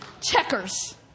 Checkers